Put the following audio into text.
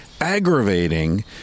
aggravating